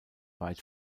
weit